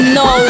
no